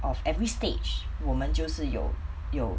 of every stage 我们就是有有